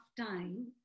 time